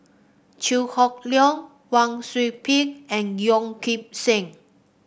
Chew Hock Leong Wang Sui Pick and Yeo Kim Seng